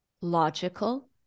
logical